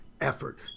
effort